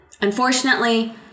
Unfortunately